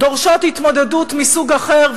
דורשות התמודדות מסוג אחר,